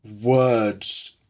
words